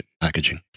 Packaging